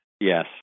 Yes